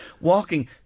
Walking